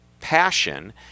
passion